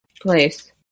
place